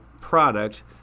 product